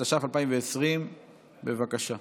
התש"ף 2020. בבקשה.